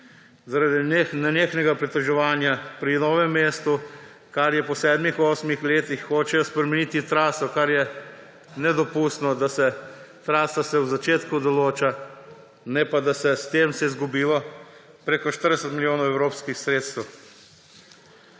zaradi nenehnega pritoževanja pri Novem mestu, ker po sedmih, osmih letih hočejo spremeniti traso, kar je nedopustno. Trasa se v začetku določa. S tem se je izgubilo preko 40 milijonov evropskih sredstev.